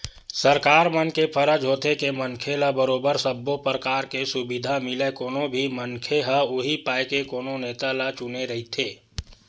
सरकार मन के फरज होथे के मनखे ल बरोबर सब्बो परकार के सुबिधा मिलय कोनो भी मनखे ह उहीं पाय के कोनो नेता ल चुने रहिथे